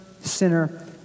sinner